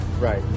Right